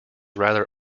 rather